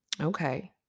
okay